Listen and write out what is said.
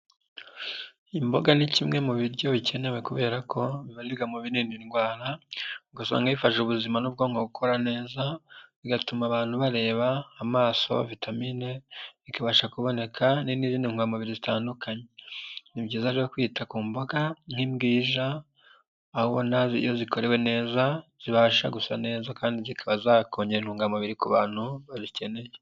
Imboga ni kimwe mu biryo bikenewe kubera ko bibarirwa mu ibirinda indwara, ugasanga bifasha ubuzima n'ubwonko gukora neza bigatuma abantu bareba amaso vitamine ikabasha kuboneka n'izindi ntungamubiri zitandukanye. Ni byiza rero kwita ku mboga nk'imbwija aho ubona iyo zikorewe neza zibasha gusa neza kandi zikaba zakongera intungamubiri ku bantu babikeneye.